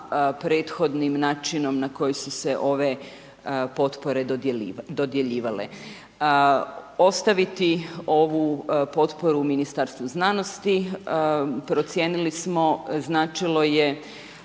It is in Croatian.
prethodnim načinom na koji su se ove potpore dodjeljivale. Ostaviti ovu potporu Ministarstvu znanosti, procijenili smo značilo je